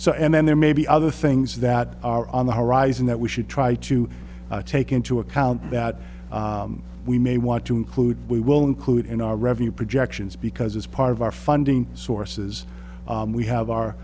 so and then there may be other things that are on the horizon that we should try to take into account that we may want to include we will include in our revenue projections because as part of our funding sources we have our